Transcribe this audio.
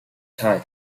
type